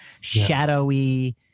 shadowy